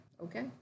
Okay